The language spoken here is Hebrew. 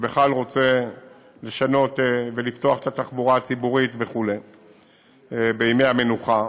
שבכלל רוצה לשנות ולפתוח את התחבורה הציבורית בימי המנוחה,